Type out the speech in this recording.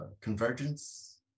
Convergence